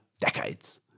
decades